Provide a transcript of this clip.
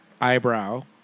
eyebrow